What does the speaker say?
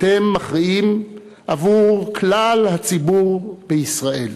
אתם מכריעים עבור כלל הציבור בישראל.